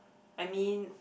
I mean